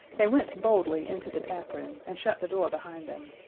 they went boldly into the taproom, and shut the door behind them.